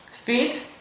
Feet